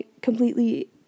completely